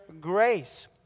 grace